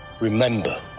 Remember